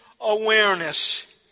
awareness